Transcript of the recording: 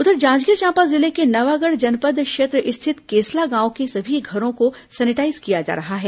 उधर जांजगीर चांपा जिले के नवागढ़ जनपद क्षेत्र स्थित केसला गांव के सभी घरों को सेनिटाईज किया जा रहा है